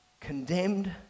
condemned